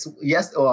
Yes